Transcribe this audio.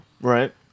Right